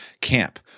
camp